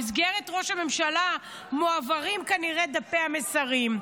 במסגרת ראש הממשלה מועברים, כנראה, דפי המסרים.